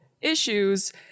issues